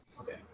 Okay